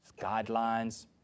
guidelines